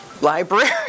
library